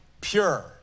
pure